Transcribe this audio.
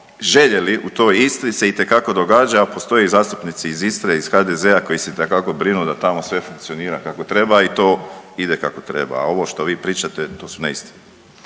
željeli u toj Istri se itekako događa, a postoje i zastupnici iz Istre, iz HDZ-a koji se itekako brinu da tamo sve funkcionira kako treba i to ide kako treba, a ovo što vi pričate to su neistine.